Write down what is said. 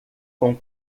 com